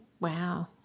wow